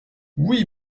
oui